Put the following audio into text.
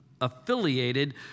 affiliated